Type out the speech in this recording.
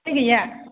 गैया